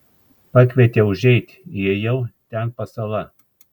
pakvietė užeit įėjau ten pasala